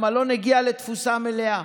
המלון הגיע לתפוסה מלאה.